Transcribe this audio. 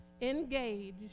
engage